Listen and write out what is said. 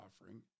offering